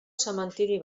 cementeri